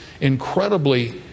incredibly